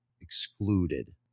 excluded